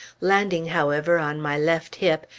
landing, however, on my left hip,